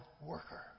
worker